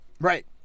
Right